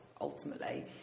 ultimately